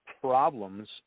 problems